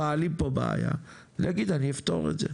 מעלים פה בעיה, להגיד אני אפתור את זה.